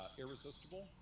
Irresistible